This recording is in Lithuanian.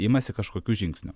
imasi kažkokių žingsnių